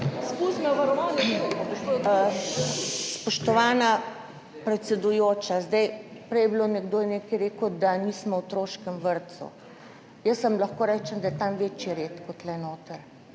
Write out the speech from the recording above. Spoštovana predsedujoča, prej je nekdo nekaj rekel, da nismo v otroškem vrtcu. Jaz vam lahko rečem, da je tam večji red kot tukaj noter,